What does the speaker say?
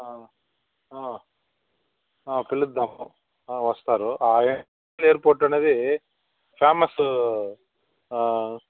పిలుద్దాం వస్తారు ఆ ఎయిర్పోర్ట్ అనేది ఫేమస్